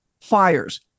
fires